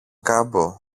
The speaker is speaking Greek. κάμπο